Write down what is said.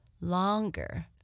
longer